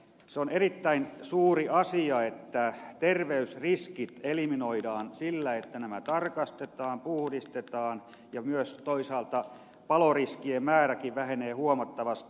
se on erittäin suuri asia että terveysriskit eliminoidaan sillä että nämä tarkastetaan puhdistetaan ja myös toisaalta paloriskien määräkin vähenee huomattavasti